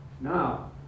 Now